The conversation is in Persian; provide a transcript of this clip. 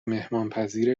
مهمانپذیر